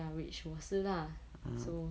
ya which 我是 lah so